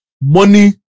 money